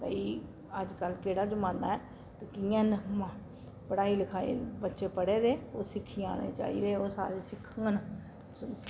भाई अज्जकल केह्ड़ा जमाना ऐ कि'यां पढ़ाई लखाई बच्चे पढ़े दे ओह् सिक्खी जाने चाहिदे ते ओह् सारे सिक्खङ